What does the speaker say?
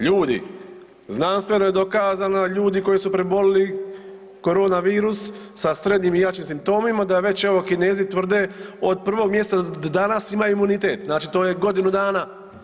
Ljudi znanstveno je dokazano da ljudi koji su prebolili korona virus sa srednjim i jačim simptomima da već evo Kinezi tvrde od prvog mjeseca do danas ima imunitet, znači to je godinu dana.